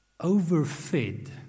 overfed